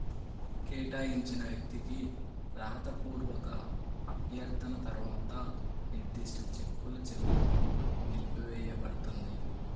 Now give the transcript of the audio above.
కేటాయించిన వ్యక్తికి రాతపూర్వక అభ్యర్థన తర్వాత నిర్దిష్ట చెక్కుల చెల్లింపు నిలిపివేయపడుతుంది